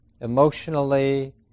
emotionally